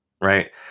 right